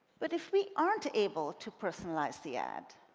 but if we aren't able to personalize the ad